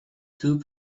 two